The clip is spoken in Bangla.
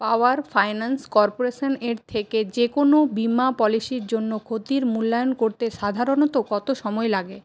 পাওয়ার ফাইন্যান্স কর্পোরেশান এর থেকে যে কোনো বিমা পলিসির জন্য ক্ষতির মূল্যায়ন করতে সাধারণত কত সময় লাগে